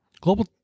Global